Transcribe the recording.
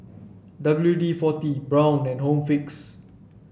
W D forty Braun and Home Fix